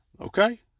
okay